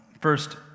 First